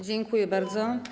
Dziękuję bardzo.